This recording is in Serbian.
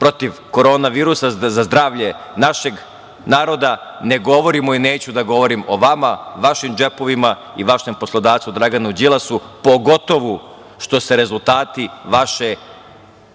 protiv korona virusa, za zdravlje našeg naroda. Ne govorimo i neću da govorim o vama, vašim džepovima i vašem poslodavcu Draganu Đilasu, pogotovo što se rezultati vaše